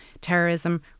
terrorism